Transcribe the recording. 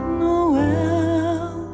noel